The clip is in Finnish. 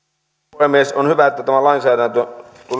puhemies on hyvä että tämä lainsäädäntö tulee nyt